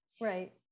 Right